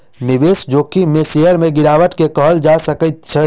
निवेश जोखिम में शेयर में गिरावट के कहल जा सकै छै